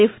F